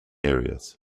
areas